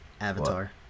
Avatar